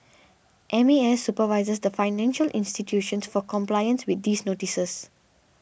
M A S supervises the financial institutions for compliance with these notices